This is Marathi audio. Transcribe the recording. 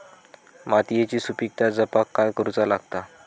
मातीयेची सुपीकता जपाक काय करूचा लागता?